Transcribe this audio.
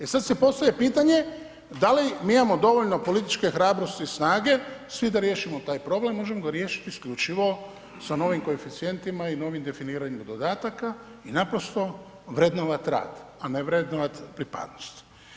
E sad se postavlja pitanje da li mi imamo dovoljno političke hrabrosti i snage svi da riješimo taj problem, možemo ga riješiti isključivo sa novim koeficijentima i novim definiranjem dodataka i naprosto vrednovati rad a ne vrednovati pripadnost.